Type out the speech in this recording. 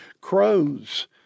Crows